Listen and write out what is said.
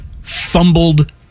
fumbled